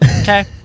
Okay